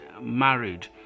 married